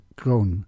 kroon